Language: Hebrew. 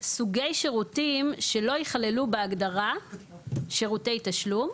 סוגי שירותים שלא יכללו בהגדרה "שירותי תשלום"